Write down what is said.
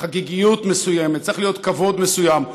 חגיגיות מסוימת, צריך להיות כבוד מסוים.